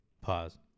pause